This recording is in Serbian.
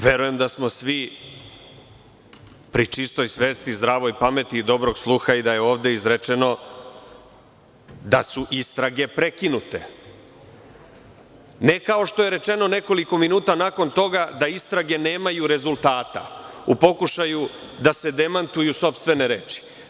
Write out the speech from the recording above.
Verujem da smo svi pri čistoj svesti, zdravoj pameti i dobrog sluha i da je ovde izrečeno da su istrage prekinute, ne kao što je rečeno nekoliko minuta nakon toga da istrage nemaju rezultata u pokušaju da se demantuju sopstvene reči.